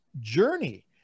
journey